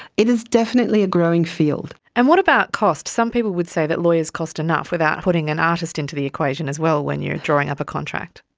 it is definitely a growing field. and what about cost? some people would say that lawyers cost enough without putting an artist into the equation as well when you are drawing up a contract.